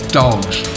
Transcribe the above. dogs